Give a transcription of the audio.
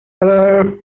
Hello